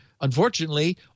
Unfortunately